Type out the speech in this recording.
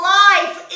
life